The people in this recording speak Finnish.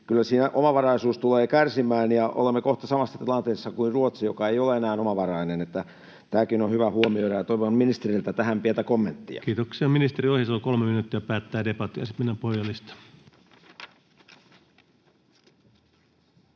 kyllä siinä omavaraisuus tulee kärsimään ja olemme kohta samassa tilanteessa kuin Ruotsi, joka ei ole enää omavarainen. Tämäkin on hyvä huomioida, ja toivon ministeriltä tähän pientä kommenttia. Kiitoksia. — Ministeri Ohisalo, kolme minuuttia, päättää debatin, ja sitten mennään puhujalistaan.